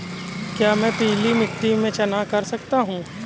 क्या मैं पीली मिट्टी में चना कर सकता हूँ?